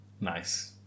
Nice